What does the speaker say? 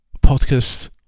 podcast